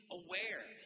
aware